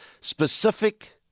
specific